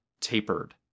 tapered